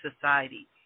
Society